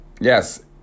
yes